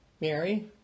Mary